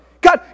God